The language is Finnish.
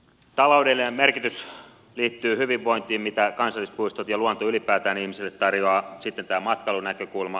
taloudellinen merkitys liittyy hyvinvointiin mitä kansallispuistot ja luonto ylipäätään ihmisille tarjoavat